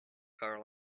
car